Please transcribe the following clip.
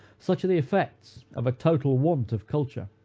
such are the effects of a total want of culture.